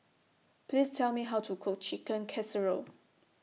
Please Tell Me How to Cook Chicken Casserole